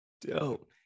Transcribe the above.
dope